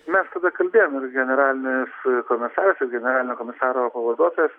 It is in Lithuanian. mes kalbėjome generalinis komisaras ir generalinio komisaro pavaduotojas